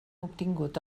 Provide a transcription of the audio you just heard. obtingut